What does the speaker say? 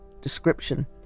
description